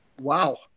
Wow